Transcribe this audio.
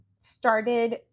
started